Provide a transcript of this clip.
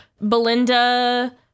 Belinda